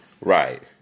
Right